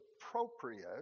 appropriate